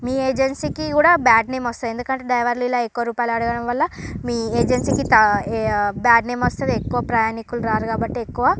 మీ ఏజెన్సీకి కూడా bad name వస్తాయి ఎందుకంటే డైవర్లు ఇలా ఎక్కువ రూపాయలు అడగడం వాళ్ళ మీ ఏజెన్సీకి బ్యాడ్ నేమ్ వస్తుంది ఎక్కువ ప్రయాణికులు రారు కాబట్టి ఎక్కువ